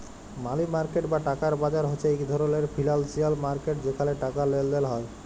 মালি market বা টাকার বাজার হছে ইক ধরলের ফিল্যালসিয়াল মার্কেট যেখালে টাকার লেলদেল হ্যয়